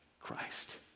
Christ